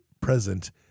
present